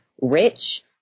rich